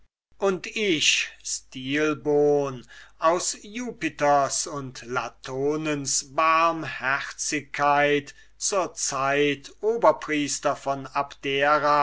und ich stilbon von jupiters und latonens gnaden zur zeit oberpriester von abdera